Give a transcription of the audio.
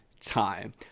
time